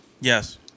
Yes